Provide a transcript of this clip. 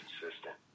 consistent